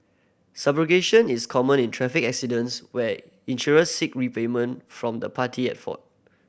subrogation is common in traffic accidents where insurers seek repayment from the party at fault